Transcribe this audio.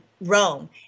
Rome